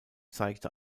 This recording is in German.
zeigte